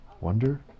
Wonder